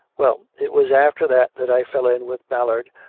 well it was after that that i fell in with ballard,